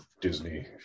Disney